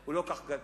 הוא לא כל כך גדול.